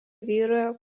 vyrauja